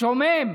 שומם.